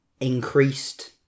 increased